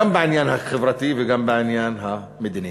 גם בעניין החברתי וגם בעניין המדיני.